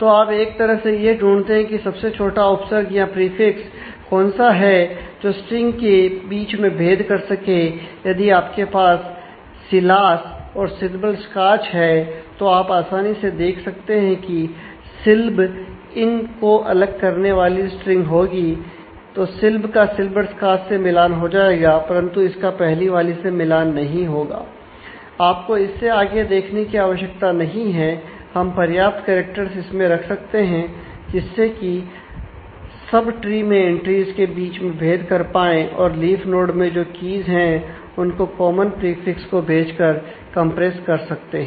तो आप एक तरह से यह ढूंढते हैं कि सबसे छोटा उपसर्ग या प्रीफिक्स कर सकते हैं